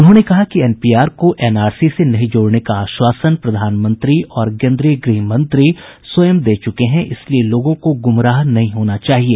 उन्होंने कहा कि एनपीआर को एनआरसी से नहीं जोड़ने का आश्वासन प्रधानमंत्री और केन्द्रीय गृह मंत्री स्वयं दे चूके हैं इसलिए लोगों को गुमराह नहीं होना चाहिए